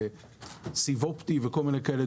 סיב אופטי ודברים כאלה.